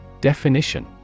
Definition